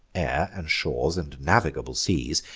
and shores, and navigable seas,